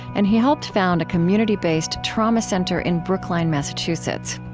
and he helped found a community-based trauma center in brookline, massachusetts.